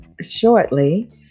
shortly